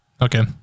Okay